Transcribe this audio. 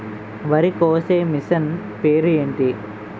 వరి కోసే మిషన్ పేరు ఏంటి